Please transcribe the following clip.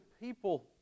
people